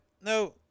no